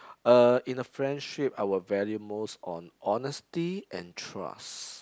uh in a friendship I will value most on honesty and trust